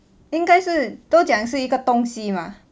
应该是都讲是一个东西 mah